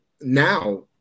now